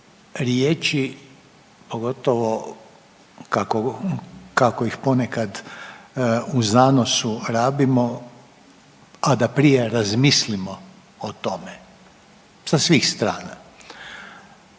riječi, pogotovo kako iz ponekad u zanosu rabimo, a da prije razmislimo o tome sa svih strana.